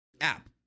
app